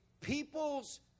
people's